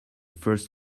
first